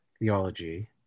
theology